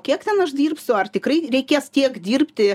kiek ten aš dirbsiu ar tikrai reikės tiek dirbti